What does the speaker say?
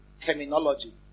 terminology